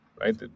right